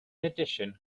addition